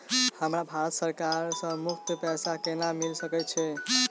हमरा भारत सरकार सँ मुफ्त पैसा केना मिल सकै है?